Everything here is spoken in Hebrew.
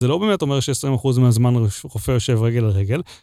זה לא באמת אומר ש-20% מהזמן רופא יושב רגל לרגל.